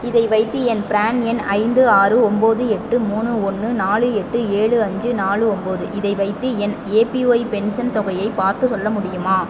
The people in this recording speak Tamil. இதை வைத்து என் பிரான் எண் ஐந்து ஆறு ஒம்பது எட்டு மூணு ஒன்று நாலு எட்டு ஏழு அஞ்சு நாலு ஒம்பது இதை வைத்து என் ஏபிஒய் பென்சன் தொகையை பார்த்துச் சொல்ல முடியுமா